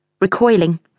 Recoiling